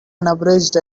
unabridged